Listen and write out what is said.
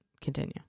Continue